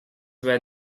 were